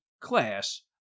class